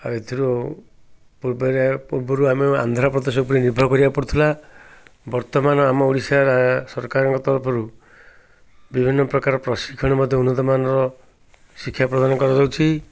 ଆଉ ଏଥିରୁ ପୂର୍ବରେ ପୂର୍ବରୁ ଆମେ ଆନ୍ଧ୍ରପ୍ରଦେଶ ଉପରେ ନିର୍ଭର କରିବାକୁ ପଡ଼ୁଥିଲା ବର୍ତ୍ତମାନ ଆମ ଓଡ଼ିଶା ସରକାରଙ୍କ ତରଫରୁ ବିଭିନ୍ନ ପ୍ରକାର ପ୍ରଶିକ୍ଷଣ ମଧ୍ୟ ଉନ୍ନତମାନର ଶିକ୍ଷା ପ୍ରଦାନ କରାଯାଉଛି